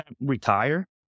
retire